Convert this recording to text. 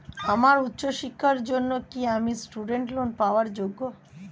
আমার উচ্চ শিক্ষার জন্য কি আমি স্টুডেন্ট লোন পাওয়ার যোগ্য?